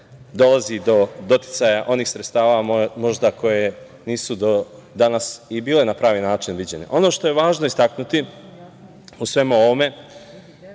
dolazi do doticaja onih sredstava možda koje nisu do danas i bile na pravi način viđene. Ono što je važno istaknuti u svemu ovome